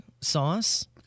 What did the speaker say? sauce